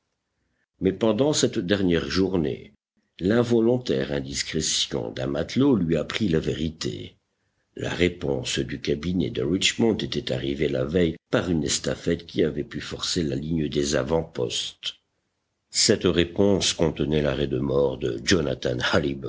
mais pendant cette dernière journée l'involontaire indiscrétion d'un matelot lui apprit la vérité la réponse du cabinet de richmond était arrivée la veille par une estafette qui avait pu forcer la ligne des avant postes cette réponse contenait l'arrêt de mort de jonathan